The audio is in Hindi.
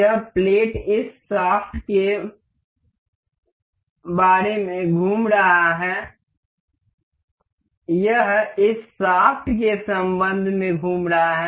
यह प्लेट इस शाफ्ट के बारे में घूम रही है यह इस शाफ्ट के संबंध में घूम रहा है